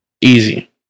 easy